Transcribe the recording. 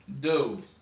Dude